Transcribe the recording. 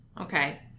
Okay